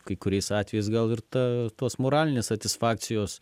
kai kuriais atvejais gal ir ta tos moralinės satisfakcijos